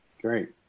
Great